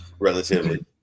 relatively